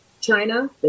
China